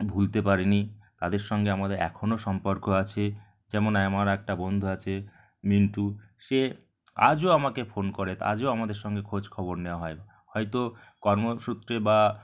ভুলতে পারিনি তাদের সঙ্গে আমাদের এখনও সম্পর্ক আছে যেমন আমার একটা বন্ধু আছে মিন্টু সে আজও আমাকে ফোন করে আজও আমাদের সঙ্গে খোঁজখবর নেওয়া হয় হয়তো কর্মসূত্রে বা